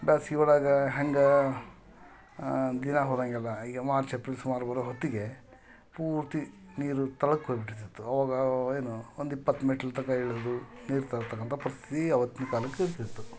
ಬ್ಯಾಸ್ಗೆ ಒಳಗೆ ಹಂಗೆ ದಿನ ಹೋದಾಗೆಲ್ಲ ಈಗ ಮಾರ್ಚ್ ಎಪ್ರಿಲ್ ಸುಮಾರು ಬರೋ ಹೊತ್ತಿಗೆ ಪೂರ್ತಿ ನೀರು ತಳಕ್ಕೆ ಹೋಗಿಬಿಟ್ಟಿರ್ತಿತ್ತು ಆವಾಗ ಏನು ಒಂದು ಇಪ್ಪತ್ತು ಮೆಟ್ಲು ತನ್ಕ ಇಳಿದು ನೀರು ತರತಕ್ಕಂತ ಪರಿಸ್ಥಿತಿ ಅವತ್ತಿನ ಕಾಲಕ್ಕೆ ಇರುತ್ತಿತ್ತು